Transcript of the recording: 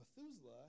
Methuselah